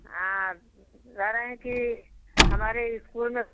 हाँ कह रहें कि हमारे इस्कूल में